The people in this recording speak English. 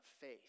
faith